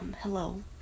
Hello